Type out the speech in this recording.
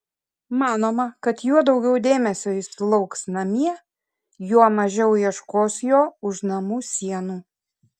manoma kad juo daugiau dėmesio jis sulauks namie juo mažiau ieškos jo už namų sienų